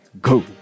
go